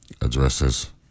addresses